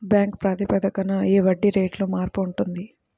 bank ప్రాతిపదికన ఈ వడ్డీ రేటులో మార్పు ఉంటుంది